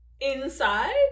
inside